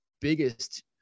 biggest